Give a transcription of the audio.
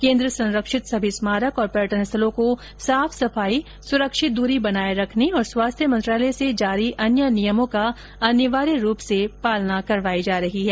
केन्द्र संरक्षित सभी स्मारक और पर्यटन स्थलों को साफ सफाई सुरक्षित दूरी बनाये रखने और स्वास्थ्य मंत्रालय से जारी अन्य नियमों का अनिवार्य रूप से पालन करवाई जा रही है